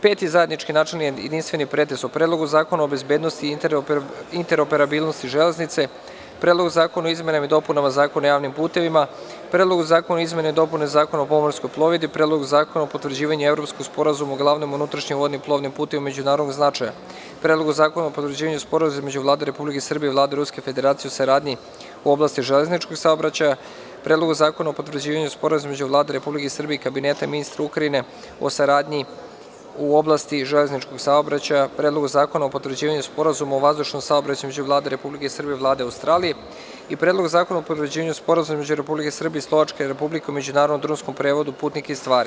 Peti zajednički načelni i jedinstveni pretres o: Predlogu zakona o bezbednosti i interoperabilnosti železnice, Predlogu zakona o izmenama i dopunama Zakona o javnim putevima, Predlogu zakona o izmenama i dopunama Zakona o pomorskoj plovidbi, Predlogu zakona o potvrđivanju Evropskog sporazuma o glavnim unutrašnjim vodnim putevima od međunarodnog značaja (AGN), Predlogu zakona o potvrđivanju Sporazuma između Vlade Republike Srbije i Vlade Ruske Federacije o saradnji u oblasti železničkog saobraćaja, Predlogu zakona o potvrđivanju Sporazuma između Vlade Republike Srbije i Kabineta ministara Ukrajine o saradnji u oblasti železničkog saobraćaja, Predlogu zakona o potvrđivanju Sporazuma o vazdušnom saobraćaju između Vlade Republike Srbije i Vlade Australije i Predlogu zakona o potvrđivanju Sporazuma između Republike Srbije i Slovačke Republike o međunarodnom drumskom prevozu putnika i stvari.